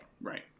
Right